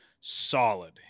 solid